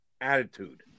attitude